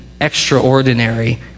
extraordinary